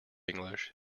english